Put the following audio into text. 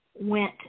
went